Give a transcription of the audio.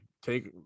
take